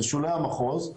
לשולי המחוז,